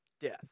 death